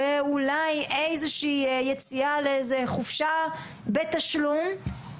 אולי יציאה לאיזו חופשה בתשלום,